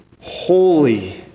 holy